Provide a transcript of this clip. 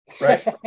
right